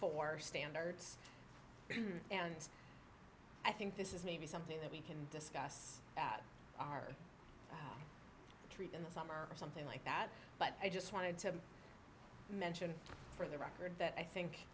four standards and i think this is maybe something they can discuss that are treat in the summer or something like that but i just wanted to mention for the record that i think